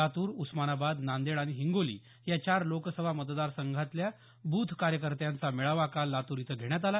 लातूर उस्मानाबाद नांदेड आणि हिंगोली या चार लोकसभा मतदार संघातल्या ब्रथ कार्यकर्त्यांचा मेळावा काल लातूर इथं घेण्यात आला